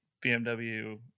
BMW